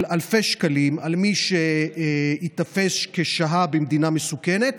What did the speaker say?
אלפי שקלים על מי שייתפס כמי ששהה במדינה מסוכנת.